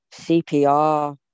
CPR